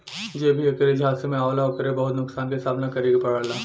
जे भी ऐकरे झांसे में आवला ओके बहुत नुकसान क सामना करे के पड़ेला